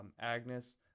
Agnes